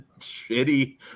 shitty